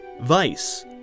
Vice